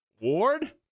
Ward